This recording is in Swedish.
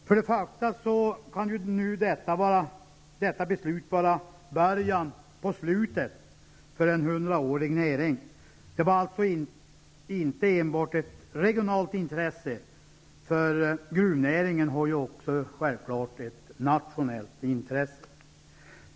För det första kan detta beslut vara början på slutet för en hundraårig näring. Det var inte enbart fråga om ett regionalt intresse, utan gruvnäringen har självklart också ett nationellt intresse.